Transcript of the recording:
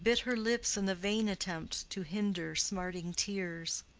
but bit her lips in the vain attempt to hinder smarting tears.